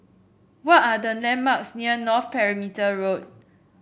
what are the landmarks near North Perimeter Road